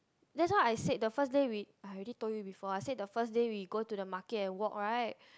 that's why I said the first day we I already told you before I said the first day we go to the market and walk right